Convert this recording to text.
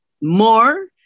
more